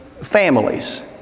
families